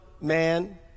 man